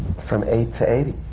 from eight to eighty.